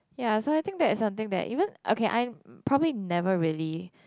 ya so that is something that even okay I probably never really